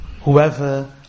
whoever